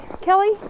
Kelly